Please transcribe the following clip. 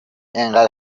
اینقدر